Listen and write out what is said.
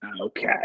okay